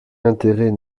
intérêt